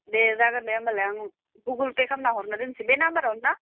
दे जागोन दे होमब्लालाय गुगोल पे खालामना हरना दोनसै बे नाम्बारावनो ना